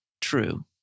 true